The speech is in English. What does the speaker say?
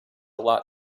lot